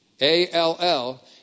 A-L-L